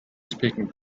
speaking